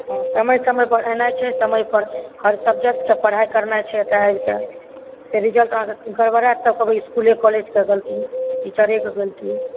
हँ समय समय पर एनाइ छै समय पर हर सब्जेक्टके पढ़ाई करनाइ छै एतऽ आबि कऽ फेर रिजल्ट गड़बड़ाएत तकहबै इसकुले कॉलेजके गलती टीचरेके गलती